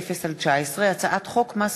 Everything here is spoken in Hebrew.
פ/2290/19 וכלה בהצעת חוק פ/2350/19,